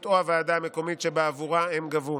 או הוועדה המקומית שבעבורה הן גבו.